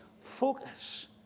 focus